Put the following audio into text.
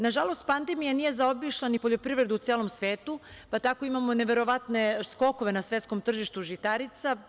Nažalost, pandemija nije zaobišla ni poljoprivredu u celom svetu, pa tako imamo neverovatne skokove na svetskom tržištu žitarica.